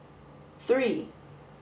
three